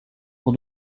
pour